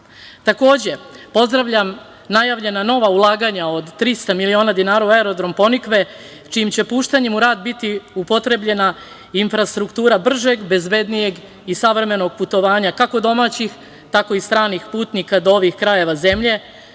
Takođe, pozdravljam najavljena nova ulaganja od trista miliona dinara u aerodrom "Ponikve", čijim će puštanjem u rad biti upotrebljena infrastruktura bržeg bezbednijeg i savremenog putovanja kako domaćih tako i stranih putnika do ovih krajeva zemlje,